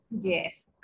yes